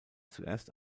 zuerst